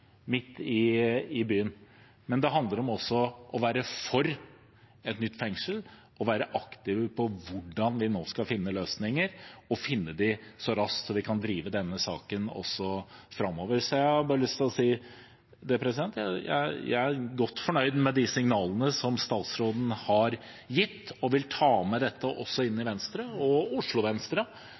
midt i byen. Men det handler også om å være for et nytt fengsel og å være aktive på hvordan vi nå skal finne løsninger, og finne dem raskt, så vi kan drive denne saken framover. Så jeg har bare lyst til å si at jeg er godt fornøyd med de signalene som statsråden har gitt, og vil ta med dette inn i Venstre – også Oslo Venstre